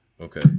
Okay